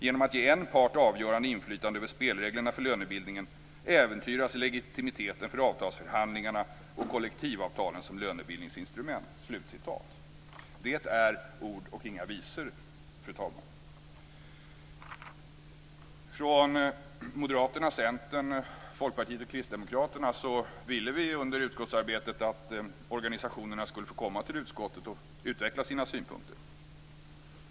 Genom att ge en part avgörande inflytande över spelreglerna för lönebildningen äventyras legitimiteten för avtalsförhandlingarna och kollektivavtalen som lönebildningsinstrument." Det är ord och inga visor, fru talman. Moderaterna, Centern, Folkpartiet och Kristdemokraterna ville under utskottsarbetet att organisationerna skulle få komma till utskottet och utveckla sina synpunkter.